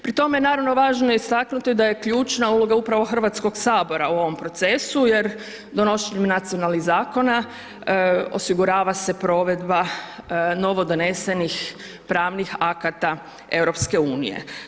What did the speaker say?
Pri tome je naravno važno istaknuti da je ključna uloga upravo Hrvatskog sabora u ovom procesu jer donošenjem nacionalnih zakona osigurava se provedba novodonesenih pravnih akata EU-a.